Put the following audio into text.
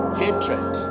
hatred